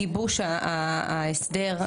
אני אומרת שבמהלך גיבוש ההסדר,